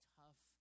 tough